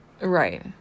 Right